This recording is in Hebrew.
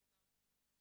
תודה.